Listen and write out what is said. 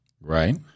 Right